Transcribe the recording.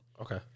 Okay